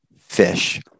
fish